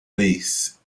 lease